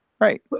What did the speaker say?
right